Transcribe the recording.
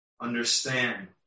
Understand